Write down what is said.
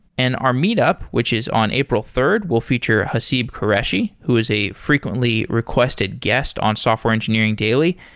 and our meetup, which is on april third will feature haseeb qureshi, who is a frequently requested guest on software engineering daily.